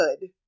good